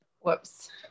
Whoops